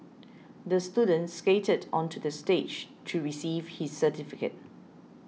the student skated onto the stage to receive his certificate